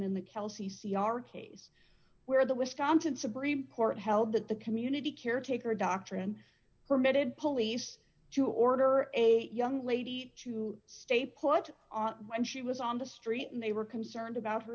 r case where the wisconsin supreme court held that the community caretaker doctrine permitted police to order a young lady to stay put when she was on the street and they were concerned about her